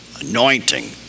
anointing